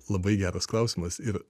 labai geras klausimas ir